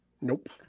Nope